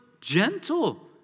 gentle